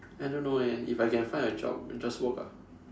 I don't know and if I can find a job then just work ah